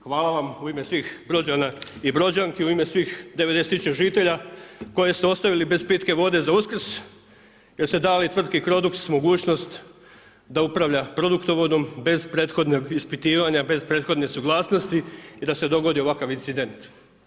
Hvala vam u ime svih Brođana i Brođanki, u ime svih 90 000 žitelja koje ste ostavili bez pitke vode za Uskrs jer ste dali tvrtki Crodux mogućnost da upravlja produktovodom bez prethodnog ispitivanja, bez prethodne suglasnosti i da se dogodi ovakav incident.